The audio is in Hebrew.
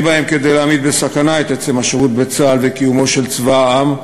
אין בהם כדי להעמיד בסכנה את עצם השירות בצה”ל וקיומו של צבא העם,